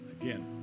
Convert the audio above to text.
Again